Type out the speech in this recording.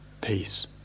peace